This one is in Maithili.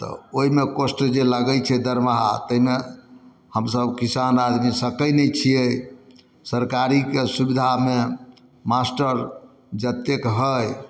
तऽ ओइमे कॉस्ट जे लगै छै दरमाहा तैमे हमसभ किसान आदमी सकै नहि छियै सरकारीके सुविधामे मास्टर जतेक हइ